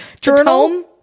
Journal